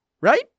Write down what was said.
right